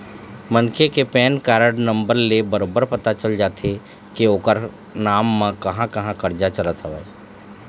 मनखे के PAN card number ले बरोबर पता चल जाथे के ओखर नांव म कहाँ कहाँ करजा चलत हवय